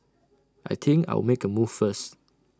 I think I'll make A move first